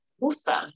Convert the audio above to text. awesome